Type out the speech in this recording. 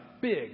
big